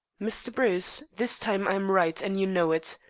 mr. bruce, this time i am right, and you know it.